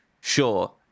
sure